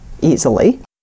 easily